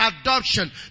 adoption